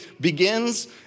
begins